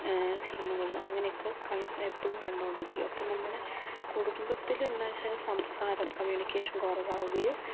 സിനിമകൾ അങ്ങനെ ഒക്കെ എപ്പോളും കണ്ടുകൊണ്ടിരിക്കും അപ്പോൾ നമ്മൾടെ കുടുംബത്തിൽ എന്താന്ന്വെച്ചാല് സംസാരം കമ്മ്യൂണിക്കേഷൻ കുറവാവുകയും